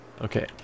okay